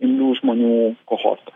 imlių žmonių kohortą